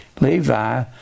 Levi